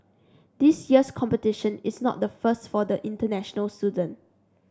this year's competition is not the first for the international student